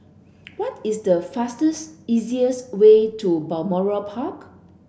what is the fastest easiest way to Balmoral Park